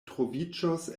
troviĝos